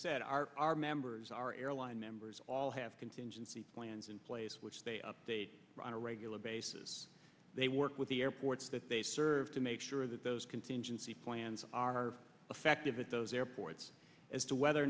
said our our members our airline members all have contingency plans in place which they update on a regular basis they work with the airports that they serve to make sure that those contingency plans are effective at those airports as to whether or